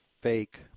fake